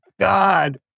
God